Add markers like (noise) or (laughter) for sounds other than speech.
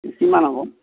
(unintelligible) কিমান হ'ব